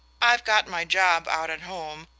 i've got my job out at home,